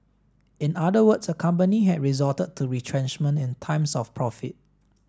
in other words a company had resorted to retrenchment in times of profit